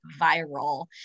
viral